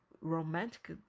romantic